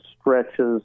stretches